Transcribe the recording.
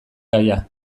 gaia